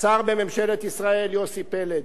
שר בממשלת ישראל, יוסי פלד,